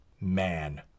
man